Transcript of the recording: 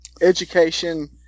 education